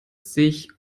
sich